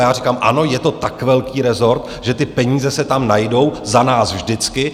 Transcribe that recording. Já říkám ano, je to tak velký rezort, že ty peníze se tam najdou za nás vždycky.